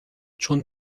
چون